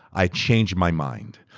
i change my mind.